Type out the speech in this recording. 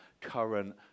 current